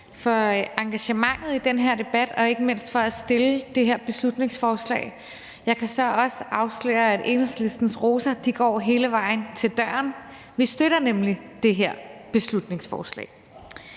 for engagementet i den her debat og ikke mindst for at fremsætte det her beslutningsforslag. Jeg kan så også afsløre, at Enhedslistens roser går hele vejen til døren, for vi støtter nemlig det her beslutningsforslag.